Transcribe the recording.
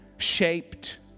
shaped